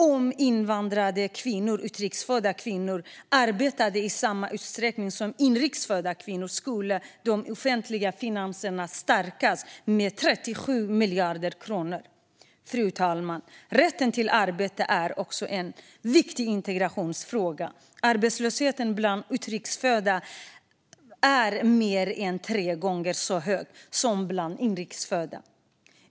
Om utrikes födda kvinnor arbetade i samma utsträckning som inrikes födda kvinnor skulle de offentliga finanserna stärkas med 37 miljarder kronor. Fru talman! Rätten till arbete är också en viktig integrationsfråga. Arbetslösheten bland utrikes födda är mer än tre gånger så hög som bland inrikes födda.